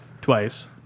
twice